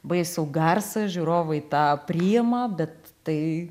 baisų garsą žiūrovai tą priima bet tai